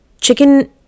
chicken